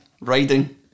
Riding